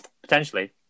Potentially